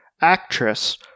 actress